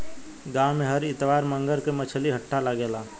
गाँव में हर इतवार मंगर के मछली हट्टा लागेला